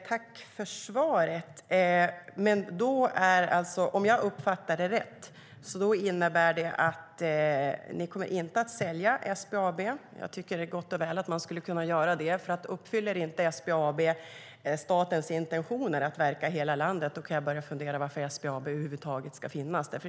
Herr talman! Jag tackar för svaret. Om jag uppfattade det rätt innebär det alltså att ni inte kommer att sälja SBAB. Jag tycker gott och väl att man skulle kunna göra det. Om inte SBAB uppfyller statens intentioner att verka i hela landet kan jag börja fundera på varför SBAB över huvud taget ska finnas.